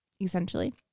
essentially